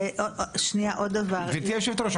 גבירתי היושבת-ראש,